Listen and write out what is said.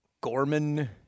Gorman